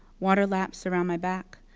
water laps around my back,